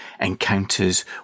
encounters